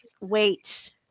wait